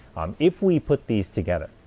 if we put these together,